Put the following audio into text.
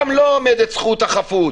גם לו עומדת זכות החפות.